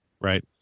Right